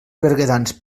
berguedans